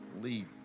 lead